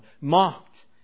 mocked